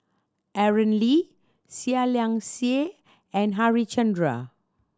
Aaron Lee Seah Liang Seah and Harichandra